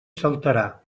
saltarà